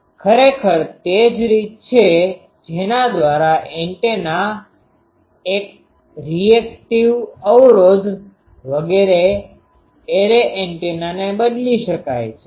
ખરેખર તે જ રીત છે જેના દ્વારા એન્ટેના રિએક્ટિવ અવરોધ એરે એન્ટેનાને બદલી શકાય છે